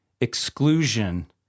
exclusion